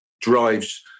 drives